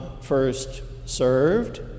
first-served